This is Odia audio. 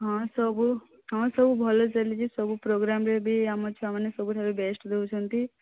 ହଁ ସବୁ ହଁ ସବୁ ଭଲ ଚାଲିଛି ସବୁ ପ୍ରୋଗ୍ରାମ୍ରେ ବି ଆମ ଛୁଆମାନେ ସବୁଠାରୁ ବେଷ୍ଟ ଦେଉଛନ୍ତି